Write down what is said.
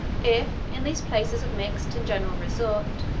if, in these places of mixed and general resort,